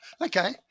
okay